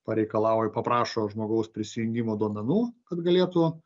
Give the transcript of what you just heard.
pareikalauj paprašo žmogaus prisijungimo duomenų kad galėtų